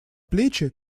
плечи